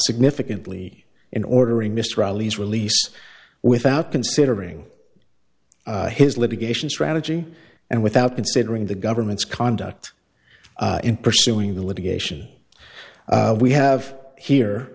significantly in ordering mr ali's release without considering his litigation strategy and without considering the government's conduct in pursuing the litigation we have here